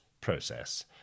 process